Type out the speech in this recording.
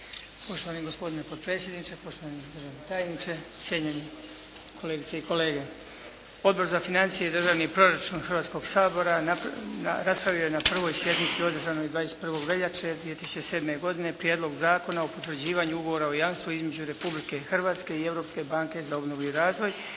(HDZ)** Gospodine potpredsjedniče, poštovani tajniče, cijenjeni kolegice i kolege. Odbor za financije i državni proračun Hrvatskog sabora raspravio je na prvoj sjednici 21. veljače 2007. godine Prijedlog zakona o potvrđivanju Ugovora o jamstvu između Republike Hrvatske i Europske banke za obnovu i razvoj